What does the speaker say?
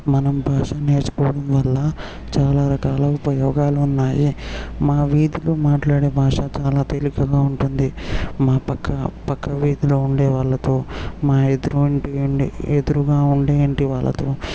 మనం భాష నేర్చుకోవడం వల్ల చాలా రకాల ఉపయోగాలు ఉన్నాయి మా వీధిలో మాట్లాడే భాష చాలా తేలికగా ఉంటుంది మా ప్రక్క ప్రక్క వీధిలో ఉండే వాళ్ళతో మా ఎదురు ఉండే ఎదురుగా ఉండే ఇంటి వాళ్ళతో